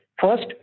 First